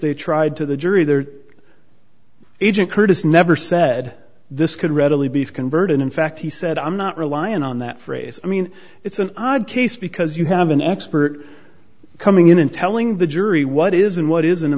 they tried to the jury their agent curtis never said this could readily be converted in fact he said i'm not relying on that phrase i mean it's an odd case because you have an expert coming in and telling the jury what is and what isn't a